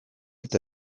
eta